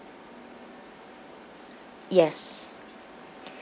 yes